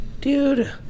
Dude